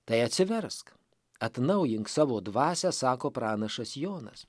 tai atsiversk atnaujink savo dvasią sako pranašas jonas